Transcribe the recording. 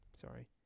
Sorry